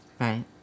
right